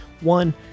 one